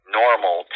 normal